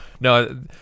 No